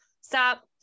Stop